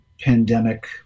pandemic